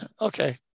okay